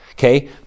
Okay